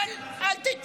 זה מה שהוא עשה.